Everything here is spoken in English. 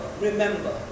remember